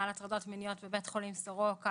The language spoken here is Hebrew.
על הטרדות מיניות בבית החולים סורוקה,